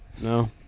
No